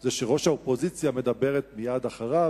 היא שראש האופוזיציה מדברת מייד אחריו,